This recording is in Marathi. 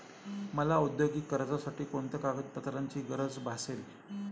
मला औद्योगिक कर्जासाठी कोणत्या कागदपत्रांची गरज भासेल?